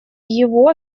его